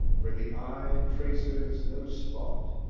where the eye traces no spot,